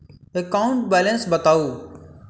account balance बताउ